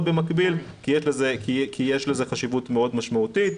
במקביל כי יש לזה חשיבות מאוד משמעותית.